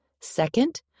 Second